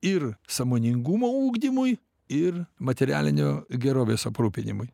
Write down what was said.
ir sąmoningumo ugdymui ir materialinio gerovės aprūpinimui